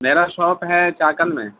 میرا شاپ ہے چاکن میں